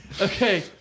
Okay